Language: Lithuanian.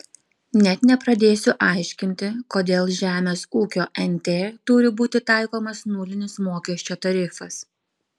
net nepradėsiu aiškinti kodėl žemės ūkio nt turi būti taikomas nulinis mokesčio tarifas